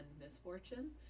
misfortune